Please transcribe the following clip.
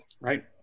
Right